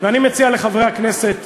שמעתי את חבר הכנסת